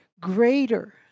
greater